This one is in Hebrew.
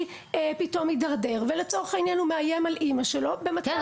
פתאום מידרדר ולצורך העניין הוא מאיים על אמא שלו --- כן,